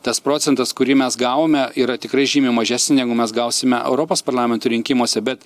tas procentas kurį mes gavome yra tikrai žymiai mažesnis negu mes gausime europos parlamento rinkimuose bet